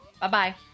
Bye-bye